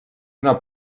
una